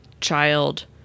child